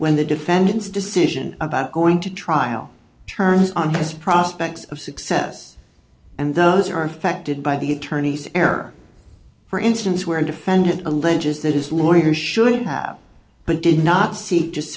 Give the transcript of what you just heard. when the defendants decision about going to trial turns on his prospects of success and those who are affected by the attorneys err for instance where a defendant alleges that his lawyer shouldn't have but did not see